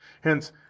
Hence